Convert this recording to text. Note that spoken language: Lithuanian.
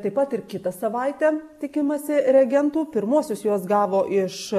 taip pat ir kitą savaitę tikimasi reagentų pirmuosius juos gavo iš